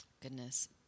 Goodness